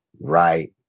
right